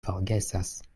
forgesas